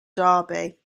derby